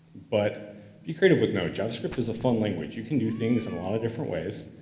but be creative with node. javascript is a fun language. you can do things in a lot of different ways.